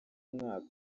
umwaka